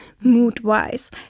mood-wise